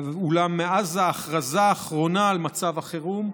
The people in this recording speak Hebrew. אולם מאז ההכרזה האחרונה על מצב החירום,